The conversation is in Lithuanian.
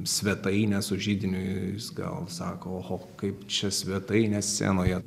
svetainę su židiniu jis gal sakooho kaip čia svetainė scenoje